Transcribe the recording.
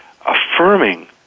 affirming